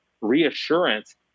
reassurance